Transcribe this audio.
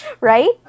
Right